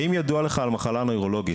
האם ידוע לך על מחלה נוירולוגית?